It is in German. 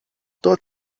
dort